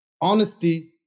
honesty